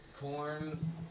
Corn